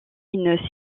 une